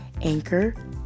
Anchor